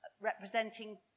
representing